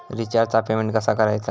रिचार्जचा पेमेंट कसा करायचा?